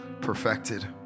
perfected